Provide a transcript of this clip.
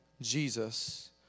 Jesus